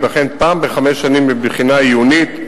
ייבחן פעם בחמש שנים בבחינה עיונית,